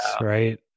right